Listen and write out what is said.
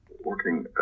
working